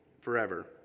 forever